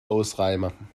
ausräumen